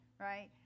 right